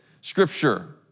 scripture